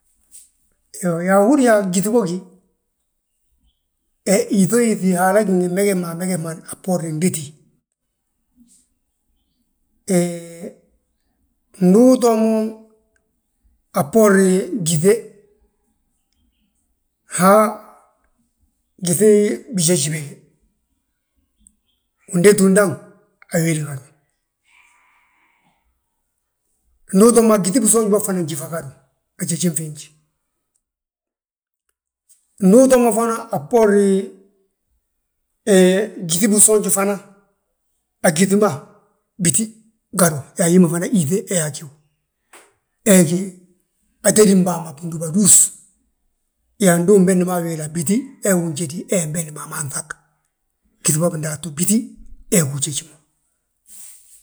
Iyoo, uhúri yaa gyíŧi bógi, he yíŧoo yíŧi Haala gí ngi mmeges ma amegesmani a bboorin gdéti. Hee, ndu utoo mo a bboorin gyíŧe, gyíŧe bijeji bége, undétu undaŋ, awéli hi agíw, ndu utoo mo a gyíŧi bisoonji bógi njífa gadu a jéjin fiinj. Ndu utoo mo fana a bboorin, gyíŧi bisoonji ma a gyíŧi ma bíti gadu, yaa hi ma fana yíŧe hee hi agíw. Hee gí atédim bàa ma bindúbadus, yaa ndu umbesndi mo awéla, bíti hee hi unjédi hee bédima amanan ŧag. Gyíŧi ma bidaatu bíti, hee gu ujéji ma.